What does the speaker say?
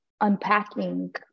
unpacking